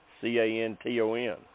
C-A-N-T-O-N